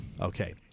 Okay